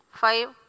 five